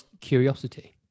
curiosity